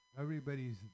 Everybody's